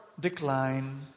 Decline